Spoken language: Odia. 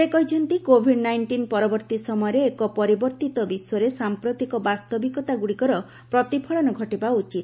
ସେ କହିଛନ୍ତି କୋଭିଡ୍ ନାଇଷ୍ଟିନ୍ ପରବର୍ତ୍ତୀ ସମୟରେ ଏକ ପରିବର୍ତ୍ତିତ ବିଶ୍ୱରେ ସାଂପ୍ରତିକ ବାସ୍ତବିକତାଗୁଡ଼ିକର ପ୍ରତିଫଳନ ଘଟିବା ଉଚିତ